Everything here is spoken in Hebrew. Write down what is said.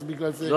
אז בגלל זה,